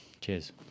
Cheers